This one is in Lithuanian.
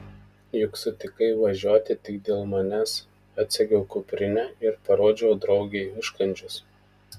juk sutikai važiuoti tik dėl manęs atsegiau kuprinę ir parodžiau draugei užkandžius